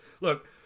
Look